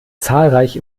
zahlreich